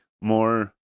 more